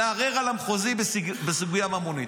מערער על המחוזי בסוגיה ממונית.